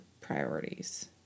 priorities